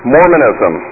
Mormonism